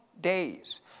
Days